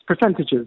percentages